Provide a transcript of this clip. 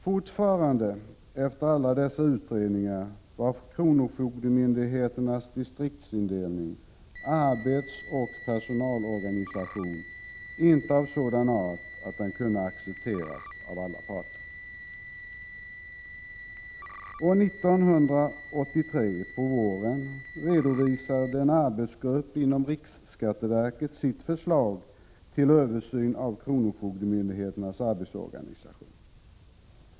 Fortfarande efter alla dessa utredningar var kronofogdemyndigheternas distriktsindelning och arbetsoch personalorganisation inte av sådan art att den kunde accepteras äv alla parter. År 1983 -— på våren — redovisade en arbetsgrupp inom riksskatteverket, RSV, sitt förslag till översyn av kronofogdemyndighetens arbetsorganisation.